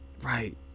Right